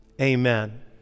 Amen